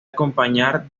acompañar